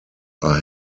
are